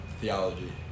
Theology